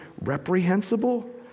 reprehensible